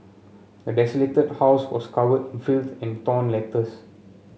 the desolated house was covered in filth and torn letters